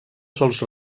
sols